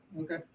Okay